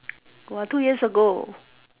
about two years ago